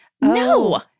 No